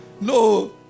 no